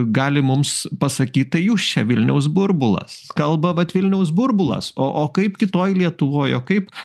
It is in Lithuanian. gali mums pasakyt tai jūs čia vilniaus burbulas kalba vat vilniaus burbulas o o kaip kitoj lietuvoj o kaip